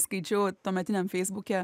skaičiau tuometiniam feisbuke